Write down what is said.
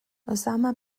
osama